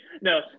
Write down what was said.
No